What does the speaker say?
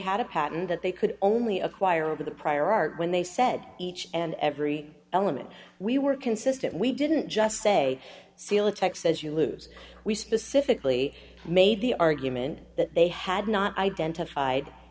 had a patent that they could only acquire over the prior art when they said each and every element we were consistent we didn't just say seal tech says you lose we specifically made the argument that they had not identified